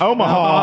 Omaha